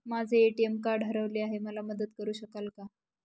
माझे ATM card हरवले आहे, मला मदत करु शकाल का?